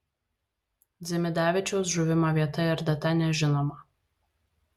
dzimidavičiaus žuvimo vieta ir data nežinoma